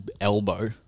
elbow